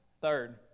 Third